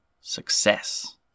Success